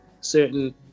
certain